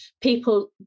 people